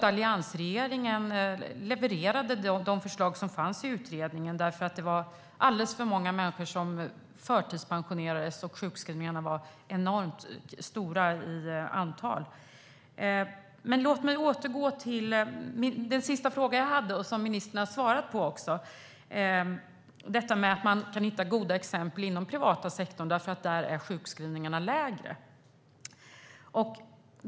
Alliansregeringen levererade de förslag som fanns i utredningen eftersom det var alldeles för många människor som förtidspensionerades samtidigt som antalet sjukskrivningar var enormt. Den sista fråga som jag hade och som ministern också har svarat på gällde detta med att man kan hitta goda exempel inom den privata sektorn eftersom sjukskrivningarna där är lägre.